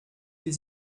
wie